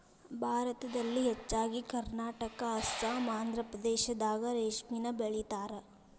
ಭಾರತದಲ್ಲಿ ಹೆಚ್ಚಾಗಿ ಕರ್ನಾಟಕಾ ಅಸ್ಸಾಂ ಆಂದ್ರಪ್ರದೇಶದಾಗ ರೇಶ್ಮಿನ ಬೆಳಿತಾರ